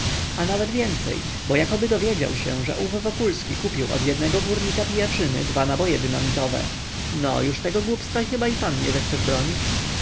a nawet więcej bo jakoby dowiedział się że ów wokulski kupił od jednego górnika pijaczyny dwa naboje dynamitowe no już tego głupstwa chyba i pan nie zechcesz bronić